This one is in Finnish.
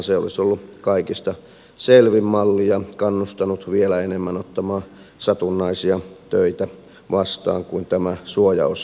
se olisi ollut kaikista selvin malli ja kannustanut vielä enemmän ottamaan vastaan satunnaisia töitä kuin tämä suojaosamalli